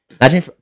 Imagine